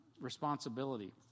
responsibility